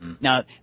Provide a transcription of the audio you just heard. Now